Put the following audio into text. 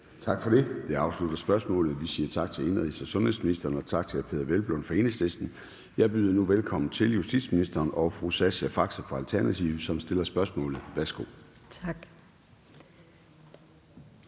Tak for det. Det afslutter spørgsmålet. Vi siger tak til indenrigs- og sundhedsministeren og tak til hr. Peder Hvelplund fra Enhedslisten. Jeg byder nu velkommen til justitsministeren og fru Sascha Faxe fra Alternativet, som stiller spørgsmålet. Kl.